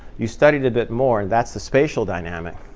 you study it a bit more, and that's the spatial dynamic.